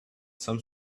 some